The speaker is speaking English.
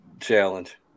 challenge